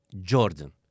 Jordan